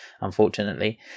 unfortunately